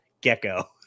gecko